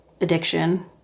addiction